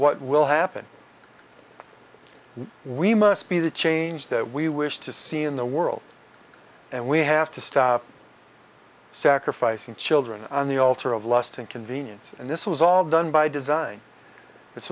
what will happen we must be the change that we wish to see in the world and we have to stop sacrificing children on the altar of lust and convenience and this was all done by design